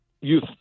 youth